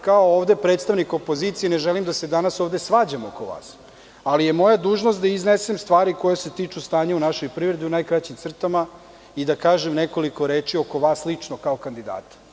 Kao predstavnik opozicije ne želim da se ovde danas svađam oko vas, ali je moja dužnost da iznesem stvari koje se tiču stanja u našoj privredi, u najkraćim crtama i da kažem nekoliko reči oko vas lično, kao kandidata.